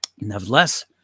Nevertheless